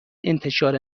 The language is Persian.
انتشار